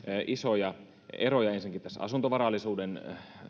isoja eroja ensinnäkin tässä asuntovarallisuuden